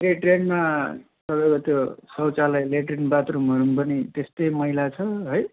ए ट्रेनमा तपाईँको त्यो शौचालय लेट्रिङ बाथरूमहरू पनि त्यस्तै मैला छ है